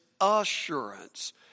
assurance